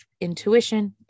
intuition